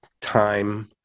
time